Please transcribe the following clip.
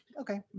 okay